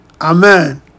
Amen